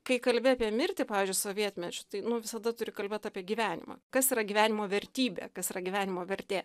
kai kalbi apie mirtį pavyzdžiui sovietmečiu tai visada turi kalbėt apie gyvenimą kas yra gyvenimo vertybė kas yra gyvenimo vertė